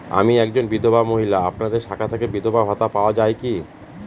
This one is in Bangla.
আমি একজন বিধবা মহিলা আপনাদের শাখা থেকে বিধবা ভাতা পাওয়া যায় কি?